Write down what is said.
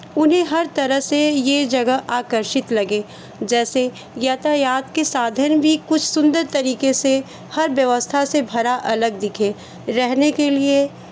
उन्हें हर तरह से ये जगह आकर्षित लगे जैसे यातायात के साधन वी कुछ सुंदर तरीके से हर व्यवस्था से भरा अलग दिखे रहने के लिए